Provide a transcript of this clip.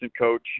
coach